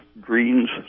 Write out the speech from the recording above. greens